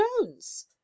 Jones